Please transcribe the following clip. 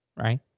right